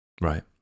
Right